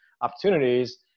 opportunities